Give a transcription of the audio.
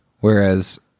Whereas